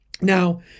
Now